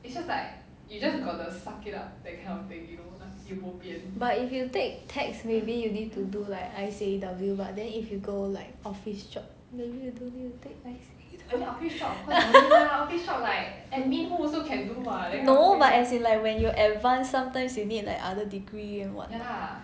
but if you take tax maybe you need to do like I_C_A_E_W but then if you go like office job maybe you don't need to take I_C_A_E_W no but as in like when you advance sometimes you need like other degree and what